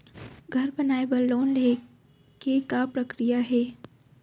घर बनाये बर लोन लेहे के का प्रक्रिया हे?